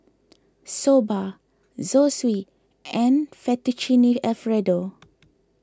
Soba Zosui and Fettuccine Alfredo